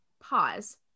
pause